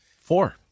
Four